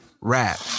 rap